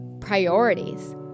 priorities